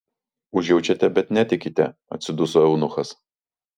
užjaučiate bet netikite atsiduso eunuchas